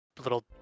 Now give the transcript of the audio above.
little